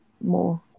more